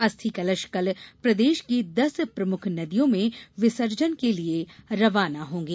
अस्थि कलश कल प्रदेश की दस प्रमुख नदियों में विसर्जन के लिये रवाना होंगे